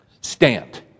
stand